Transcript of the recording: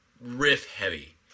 riff-heavy